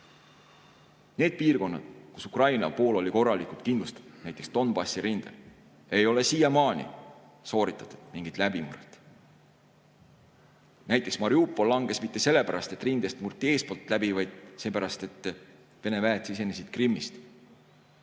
Nendes piirkondades, kus Ukraina pool oli korralikult kindlustatud, näiteks Donbassi rindel, ei ole siiamaani sooritatud mingit läbimurret. Näiteks Mariupol ei langenud mitte sellepärast, et rindest murti eespool läbi, vaid sellepärast, et Vene väed [tungisid peale] Krimmist.